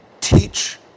teach